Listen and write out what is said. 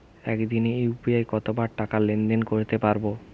একদিনে ইউ.পি.আই কতবার টাকা লেনদেন করতে পারব?